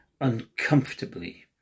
uncomfortably